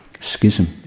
schism